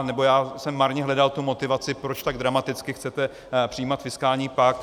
Nebo já jsem marně hledal motivaci, proč tak dramaticky chcete přijímat fiskální pakt.